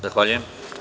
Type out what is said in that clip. Zahvaljujem.